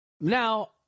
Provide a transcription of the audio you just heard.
Now